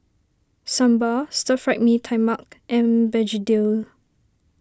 Sambal Stir Fried Mee Tai Mak and Begedil